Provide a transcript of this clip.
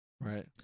right